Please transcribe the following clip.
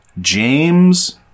James